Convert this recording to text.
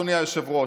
אדוני היושב-ראש,